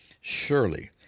surely